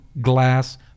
glass